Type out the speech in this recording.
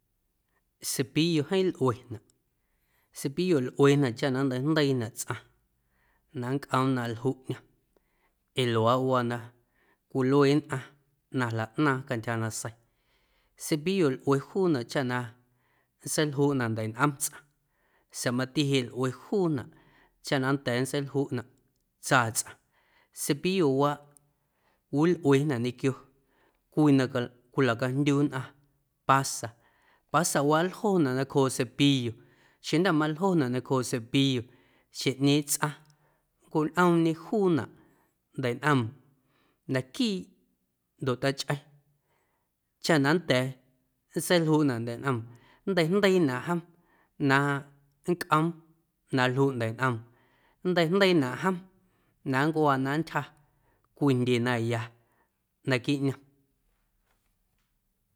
Cepillo jeeⁿ lꞌuenaꞌ, cepillo lꞌuenaꞌ chaꞌ na nnteijndeiinaꞌ tsꞌaⁿ na nncꞌoom na ljuꞌ ꞌñom ee luaaꞌ waa na cwilue nnꞌaⁿ na jlaꞌnaaⁿ cantyja ꞌnaaⁿꞌ nasei, cepillo lꞌue juunaꞌ chaꞌ na nntseiljuꞌna ndeiꞌnꞌom tsꞌaⁿ sa̱a̱ mati jeꞌ lꞌue juunaꞌ chaꞌ na nnda̱a̱ nntseiljuꞌnaꞌ tsaa tsꞌaⁿ cepillowaaꞌ cwiwelꞌuenaꞌ ñequio cwii na cal cwicalacajndyu nnꞌaⁿ pasa, pasawaaꞌ nljonaꞌ nacjooꞌ cepillo xeⁿjnda̱ maljonaꞌ nacjooꞌ cepillo xjeⁿꞌñeeⁿ tsꞌaⁿ nncoñꞌoomñe juunaꞌ ndeiꞌnꞌoom naquiiꞌ ndoꞌ tachꞌeⁿ chaꞌ na nnda̱a̱ nntseiljuꞌnaꞌ ndeiꞌnꞌoom nnteijndeiinaꞌ jom na nncꞌoom na ljuꞌ ndeiꞌnꞌoom, nnteijndeiinaꞌ na jom na nncuaa na nntyja cwii ndye na ya naquiiꞌ ꞌñom.